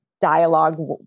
dialogue